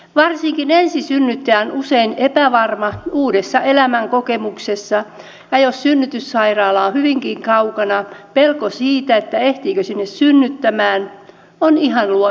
varsinkin ensisynnyttäjä on usein epävarma uudessa elämänkokemuksessa ja jos synnytyssairaala on hyvinkin kaukana pelko siitä ehtiikö sinne synnyttämään on ihan luonnollista